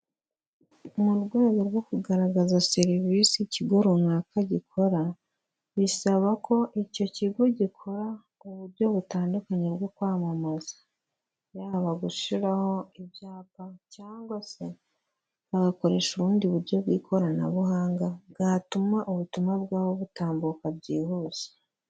Mu rwego rwo kugaragaza serivisi ikigo runaka gikora, bisaba ko icyo kigo gikora uburyo butandukanye bwo kwamamaza, yaba gushiraho ibyapa cyangwa se bagakoresha ubundi buryo bw'ikoranabuhanga, bwatuma ubutumwa bwabo butambuka byihuse.